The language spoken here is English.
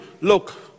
look